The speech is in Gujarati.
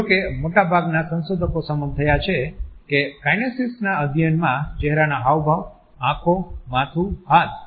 જો કે મોટાભાગના સંશોધકો સંમત થયા છે કે કાઈનેસીક્સના અધ્યયનમાં ચહેરાના હાવભાવ આંખો માથું હાથ અને પગ નુ હલનચલન શામેલ છે